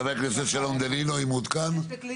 חבר הכנסת שלום דנינו, בבקשה.